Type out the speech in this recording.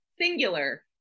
singular